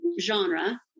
genre